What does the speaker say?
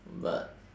but